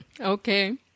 okay